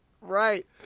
right